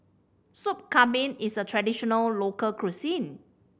Sup Kambing is a traditional local cuisine